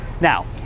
Now